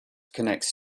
connects